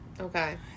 Okay